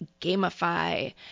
gamify